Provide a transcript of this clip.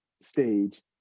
stage